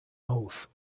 oath